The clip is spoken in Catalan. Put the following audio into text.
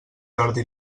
jordi